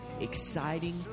exciting